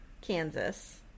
Kansas